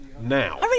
Now